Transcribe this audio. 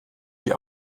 die